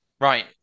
Right